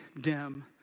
dim